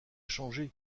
changé